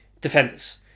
Defenders